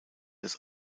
des